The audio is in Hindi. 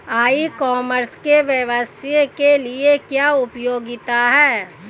ई कॉमर्स के व्यवसाय के लिए क्या उपयोगिता है?